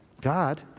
God